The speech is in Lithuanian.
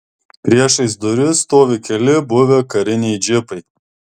priešais duris stovi keli buvę kariniai džipai